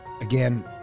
Again